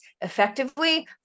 effectively